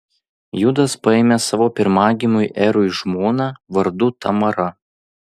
judas paėmė savo pirmagimiui erui žmoną vardu tamara